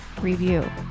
review